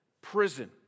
prison